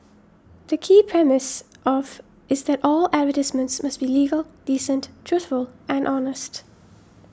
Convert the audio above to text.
the key premise of is that all advertisements must be legal decent truthful and honest